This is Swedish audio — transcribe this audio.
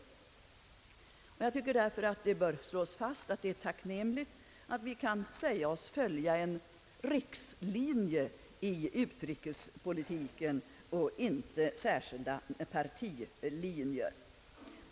Det är tacknämligt att vi kan följa en rikslinje i utrikespolitiken och inte särskilda partilinjer.